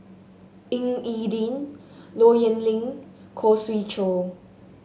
Ying E Ding Low Yen Ling Khoo Swee Chiow